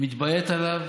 מתביית עליו,